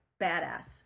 badass